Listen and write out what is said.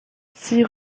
six